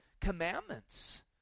commandments